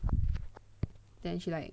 then she like